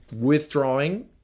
withdrawing